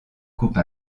coupe